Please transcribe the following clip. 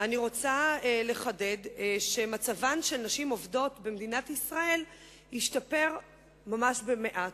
אני רוצה לחדד שמצבן של נשים עובדות במדינת ישראל השתפר ממש במעט.